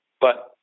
but-